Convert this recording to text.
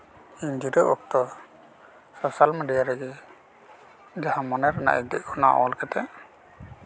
ᱡᱤᱨᱟᱹᱜ ᱚᱠᱛᱚ social media ᱨᱮᱜᱮ ᱡᱟᱦᱟᱸ ᱢᱚᱱᱮ ᱨᱮᱱᱟᱜ ᱦᱤᱫᱤᱡ ᱚᱱᱟ ᱚᱞ ᱠᱟᱛᱮ